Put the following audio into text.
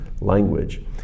language